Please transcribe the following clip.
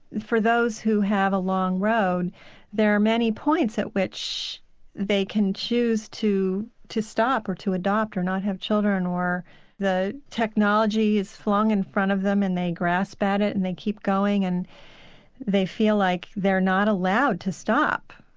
for those who have a long road there are many points at which they can choose to to stop, or to adopt, or not have children, or the technology is flung in front of them and they grasp at it and they keep going and they feel like they're not allowed to stop.